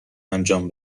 انجام